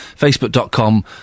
Facebook.com